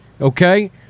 okay